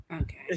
Okay